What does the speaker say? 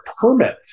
permit